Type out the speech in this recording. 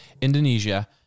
Indonesia